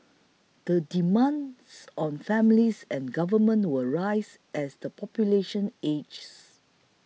the demands on families and government will rise as the population ages